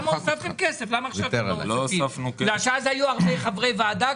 אנחנו עוברים לסעיף הראשון על סדר היום: